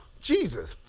Jesus